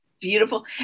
beautiful